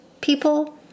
people